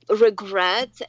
regret